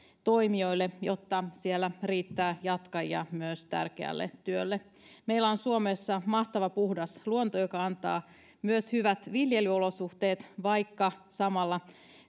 toimijoille jotta siellä riittää jatkajia myös tärkeälle työlle meillä on suomessa mahtava puhdas luonto joka antaa myös hyvät viljelyolosuhteet vaikka samalla